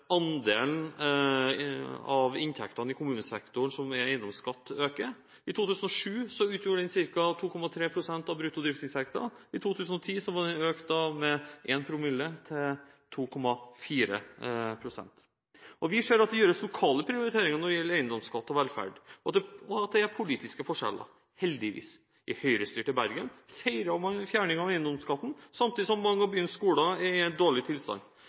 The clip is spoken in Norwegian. andelen av inntektene i kommunesektoren som er eiendomsskatt, øker. I 2007 utgjorde den ca. 2,3 pst. av brutto driftsinntekter. I 2010 var den økt med én promille, til 2,4 pst. Vi ser at det gjøres lokale prioriteringer når det gjelder eiendomsskatt og velferd, og at det er politiske forskjeller – heldigvis. I Høyre-styrte Bergen feiret man fjerning av eiendomsskatten samtidig som mange av byens skoler er i en dårlig tilstand.